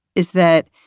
is that